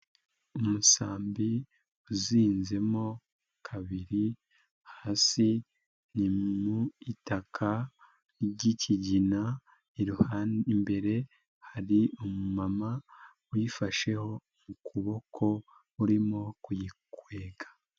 Umusambi uzinzemo kabiri, hasi ni mu itaka ry'ikigina, imbere harima uyifasheho ukuboko urimo kuyikwega.